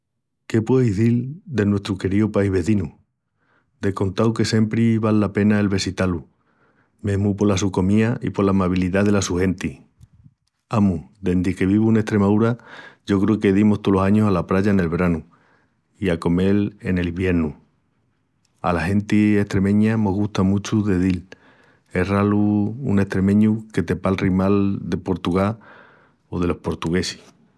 Qué pueu izil del nuestru queríu país vezinu? De contau que siempri val la pena el vesitá-lu, mesmu pola su comía i pola amabilidá dela su genti. Amus, dendi que vivu en Estremaúra yo creu que dimus tolos añus ala praya nel branu i a comel en el iviernu. Ala genti estremeña mos gusta muchu de dil, es ralu un estremeñu que te palri mal de Portugal o delos portuguesis.